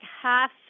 half